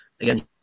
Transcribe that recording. Again